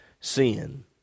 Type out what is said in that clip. sin